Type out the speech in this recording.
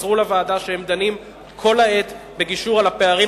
מסרו לוועדה שהם דנים כל העת בגישור על הפערים